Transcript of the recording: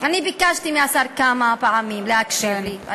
אני ביקשתי מהשר כמה פעמים להקשיב לי.